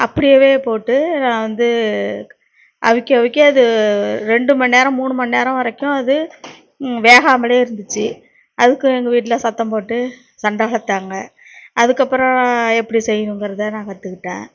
அப்படியவே போட்டு நான் வந்து அவிக்க அவிக்க அது ரெண்டுமணி நேரம் மூணுமணி நேரம் வரைக்கும் அது வேகாமாலே இருந்துச்சு அதுக்கும் எங்கள் வீட்டில் சத்தம் போட்டு சண்டை வளர்த்தாங்க அதுக்கப்புறோம் எப்படி செய்யணுங்குறத நான் கற்றுகிட்டேன்